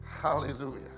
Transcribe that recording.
Hallelujah